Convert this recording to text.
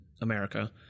America